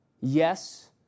Yes